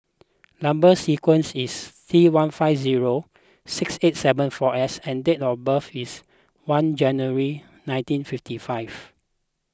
Number Sequence is T one five zero six eight seven four S and date of birth is one January nineteen fifty five